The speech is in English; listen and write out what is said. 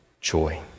joy